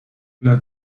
las